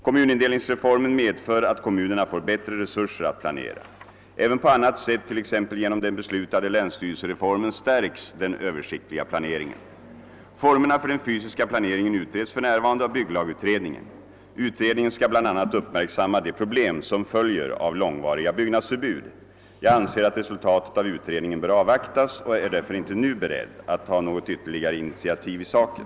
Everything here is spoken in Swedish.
Kommunindelningsreformen medför att kommunerna får bättre resurser att planera. Även på annat sätt, t.ex. genom den beslutade länsstyrelsereformen, stärks den översiktliga planeringen. Formerna för den fysiska planeringen utreds för närvarande av bygglagutredningen. Utredningen skall bl a. uppmärksamma de problem som följer av långvariga byggnadsförbud. Jag anser att resultatet av utredningen bör avvaktas och är därför inte nu beredd att ta något ytterligare initiativ i saken.